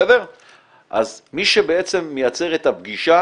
אז מי שבעצם מייצר את הפגישה